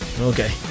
Okay